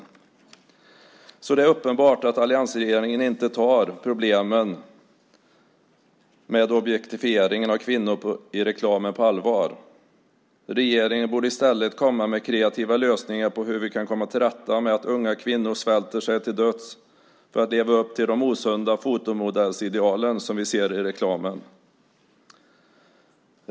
Det är alltså uppenbart att alliansregeringen inte tar problemen med objektifieringen av kvinnor i reklamen på allvar. Regeringen borde i stället komma med kreativa lösningar på hur vi kan komma till rätta med att unga kvinnor svälter sig till döds för att leva upp till de osunda fotomodellsideal som vi ser i reklamen.